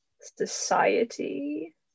society